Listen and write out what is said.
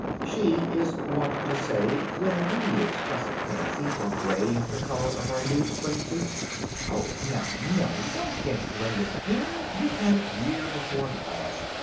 she is wont to say, when we express a fancy for gray as the color of our new spring suit oh, now, nellie, don't get gray again. you had it year before last,